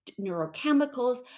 neurochemicals